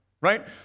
right